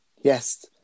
Yes